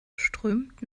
strömt